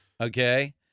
Okay